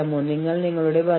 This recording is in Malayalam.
അതിനാൽ പരിഹാരങ്ങൾ നോക്കുക